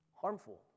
harmful